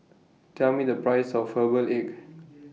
Tell Me The Price of Herbal Egg